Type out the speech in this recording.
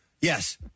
yes